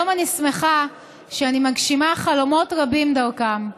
היום אני שמחה שאני מגשימה חלומות רבים דרכם.